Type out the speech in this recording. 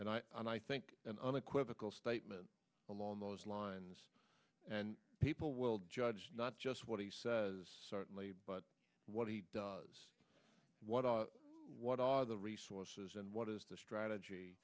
and i think an unequivocal statement along those lines and people will judge not just what he says certainly but what he does what are what are the resources and what is the strategy